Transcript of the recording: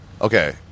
Okay